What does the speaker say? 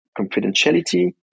confidentiality